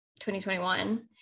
2021